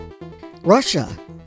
Russia